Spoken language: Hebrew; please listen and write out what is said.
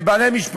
הם בעלי משפחות.